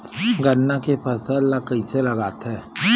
गन्ना के फसल ल कइसे लगाथे?